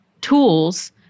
tools